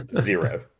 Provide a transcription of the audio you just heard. zero